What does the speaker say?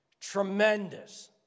Tremendous